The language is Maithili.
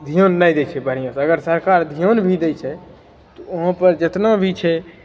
धिआन नहि दै छै बढ़िआँ से अगर सरकार धिआन भी दै छै तऽ वहाँ पर जेतना भी छै